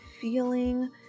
feeling